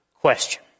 question